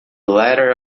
ladder